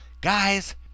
Guys